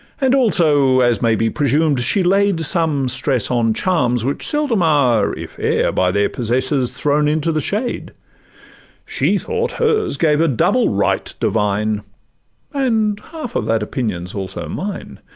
and also, as may be presumed, she laid some stress on charms, which seldom are, if e'er, by their possessors thrown into the shade she thought hers gave a double right divine and half of that opinion s also mine.